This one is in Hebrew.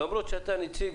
למרות שאתה נציג